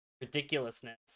ridiculousness